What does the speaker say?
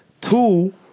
Two